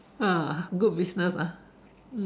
ah good business ah